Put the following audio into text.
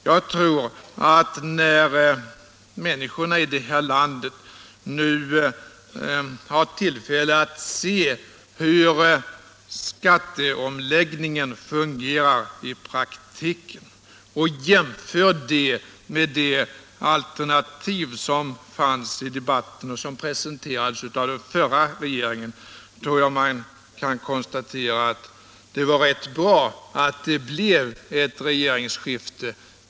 Jag tror att när människorna i det här landet nu har tillfälle att se hur skatteomläggningen fungerar i praktiken och jämför den med det alternativ som förekom i debatten och som presenterades av den förra regeringen kommer de att konstatera att det var rätt bra att det blev ett regeringsskifte.